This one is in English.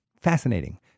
Fascinating